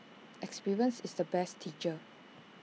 experience is the best teacher